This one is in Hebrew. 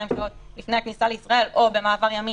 שעות לפני הכניסה לישראל או במעבר ימי,